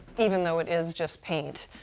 even though it is just paint,